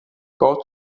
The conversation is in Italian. coach